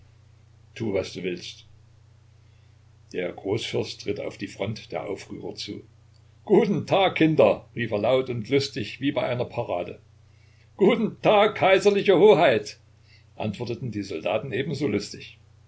tu was du willst der großfürst ritt auf die front der aufrührer zu guten tag kinder rief er laut und lustig wie bei einer parade guten tag kaiserliche hoheit antworteten die soldaten ebenso lustig